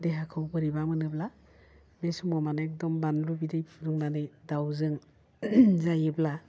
देहाखौ बोरैबा मोनोब्ला बे समाव माने एकदम बानलु बिदै फुदुंनानै दाउजों जायोब्ला